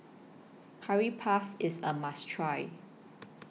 Curry Puff IS A must Try